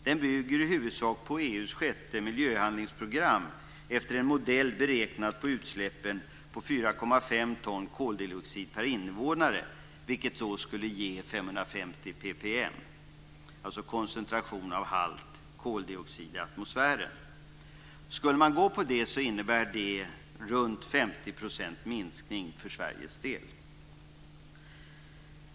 Den bygger i huvudsak på EU:s sjätte miljöhandlingsprogram efter en modell beräknad på utsläppen på 4,5 Skulle man gå efter det innebär det runt 50 % minskning för Sveriges del.